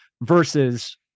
versus